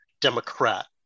Democrat